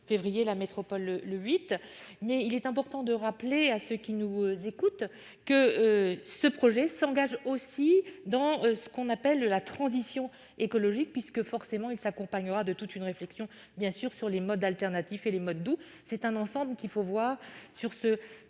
la métropole le 8 mai il est important de rappeler à ceux qui nous écoutent que ce projet s'engage aussi dans ce qu'on appelle de la transition écologique puisque forcément il s'accompagnera de toute une réflexion bien sûr sur les modes alternatifs et les modes doux, c'est un ensemble qu'il faut voir sur ce